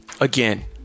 Again